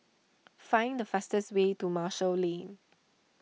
find the fastest way to Marshall Lane